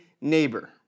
neighbor